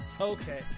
Okay